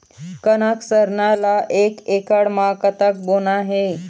कनक सरना ला एक एकड़ म कतक बोना हे?